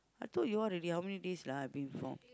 I told you all already lah before